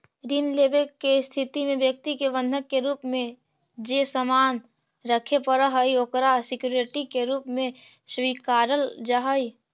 ऋण लेवे के स्थिति में व्यक्ति के बंधक के रूप में जे सामान रखे पड़ऽ हइ ओकरा सिक्योरिटी के रूप में स्वीकारल जा हइ